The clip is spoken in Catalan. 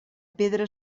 pedra